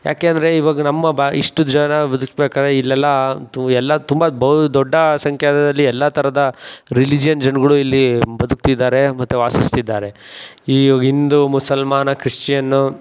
ಯಾಕೆ ಅಂದರೆ ಇವಾಗ ನಮ್ಮ ಬಾ ಇಷ್ಟು ಜನ ಬದ್ಕ್ಬೇಕಾದ್ರೆ ಇಲ್ಲೆಲ್ಲ ತು ಎಲ್ಲ ತುಂಬ ಬಹು ದೊಡ್ಡ ಸಂಖ್ಯಾದಲ್ಲಿ ಎಲ್ಲ ಥರದ ರಿಲೀಜಿಯನ್ ಜನ್ಗಳು ಇಲ್ಲಿ ಬದುಕ್ತಿದ್ದಾರೆ ಮತ್ತು ವಾಸಿಸ್ತಿದ್ದಾರೆ ಈ ಹಿಂದೂ ಮುಸಲ್ಮಾನ ಕ್ರಿಶ್ಚಿಯನ್ನು